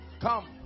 Come